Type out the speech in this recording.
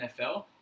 NFL